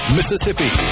Mississippi